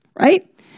right